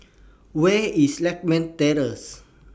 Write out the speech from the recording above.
Where IS Lakme Terrace